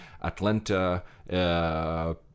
Atlanta